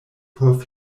por